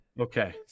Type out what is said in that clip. Okay